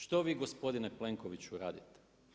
Što vi gospodine Plenkoviću radite?